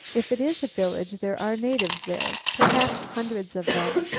if it is a village there are natives there perhaps hundreds of them.